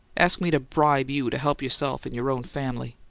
ask me to bribe you to help yourself and your own family!